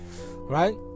Right